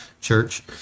church